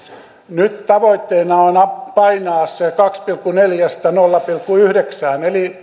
nyt tavoitteena on painaa se kahdesta pilkku neljästä nolla pilkku yhdeksään eli